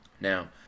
Now